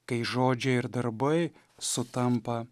kai žodžiai ir darbai sutampa